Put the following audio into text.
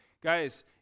Guys